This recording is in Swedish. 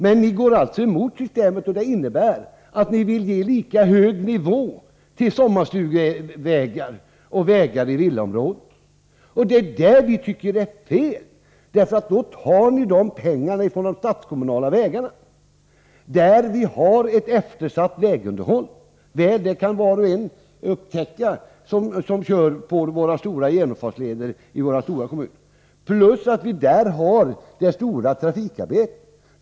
Men ni går alltså emot systemet, och det innebär att ni vill ha lika hög nivå på statsbidraget till sommarstugevägar och vägar i villaområden. Det är det som vi tycker är fel, eftersom ni då tar dessa pengar från de statskommunala vägarna, där vi har ett eftersatt underhåll. Det kan var och en upptäcka som kör på våra stora genomfartsleder i de stora kommunerna. Där har vi också det stora trafikarbetet.